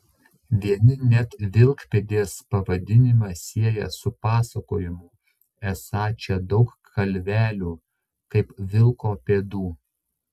vieni net vilkpėdės pavadinimą sieja su pasakojimu esą čia daug kalvelių kaip vilko pėdų